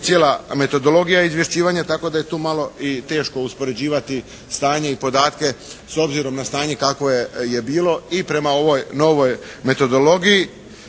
cijela metodologija izvješćivanja tako da je tu malo i teško uspoređivati stanje i podatke s obzirom na stanje kakvo je bilo i prema ovoj novoj metodologiji,